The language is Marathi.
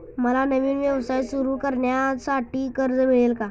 मला नवीन व्यवसाय सुरू करण्यासाठी कर्ज मिळेल का?